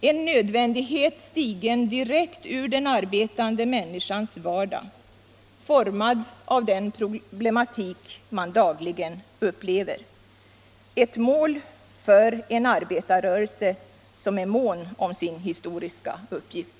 En nödvändighet stigen direkt ur den arbetande människans vardag, formad av den problematik man dagligen upplever. Ett mål för en arbetarrörelse som är mån om sin historiska uppgift.